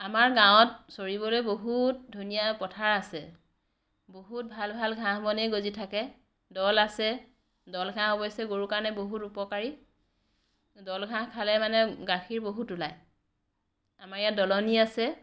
আমাৰ গাঁৱত চৰিবলৈ বহুত ধুনীয়া পথাৰ আছে বহুত ভাল ভাল ঘাঁহ বনেই গজি থাকে দল আছে দলঘাঁহ অৱশ্যে গৰুৰ কাৰণে বহুত উপকাৰী দলঘাঁহ খালে মানে গাখীৰ বহুত ওলাই আমাৰ ইয়াত দলনি আছে